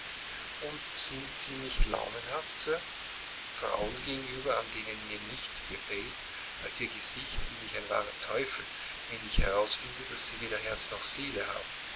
und sind sie nicht launenhaft sir frauen gegenüber an denen mir nichts gefällt als ihr gesicht bin ich ein wahrer teufel wenn ich herausfinde daß sie weder herz noch seele haben